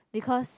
because